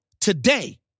today